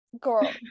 girl